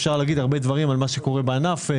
אפשר לומר הרבה דברים על מה שקורה בענף,